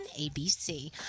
ABC